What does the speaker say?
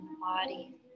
body